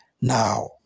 Now